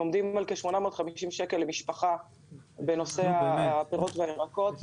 זה עומד על כ-850 שקל למשפחה בנושא הפירות והירקות.